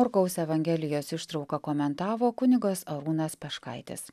morkaus evangelijos ištrauką komentavo kunigas arūnas peškaitis